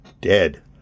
dead